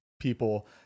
people